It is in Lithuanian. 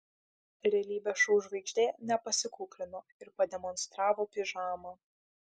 realybės šou žvaigždė nepasikuklino ir pademonstravo pižamą